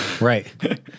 Right